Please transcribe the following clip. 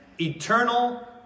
eternal